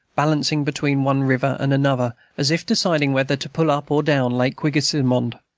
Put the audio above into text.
balancing between one river and another, as if deciding whether to pull up or down lake quinsigamond.